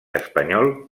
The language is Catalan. espanyol